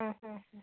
ആ ആ ആ